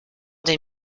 des